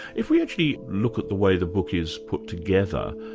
if we actually look at the way the book is put together,